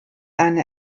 eine